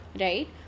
Right